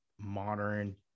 modern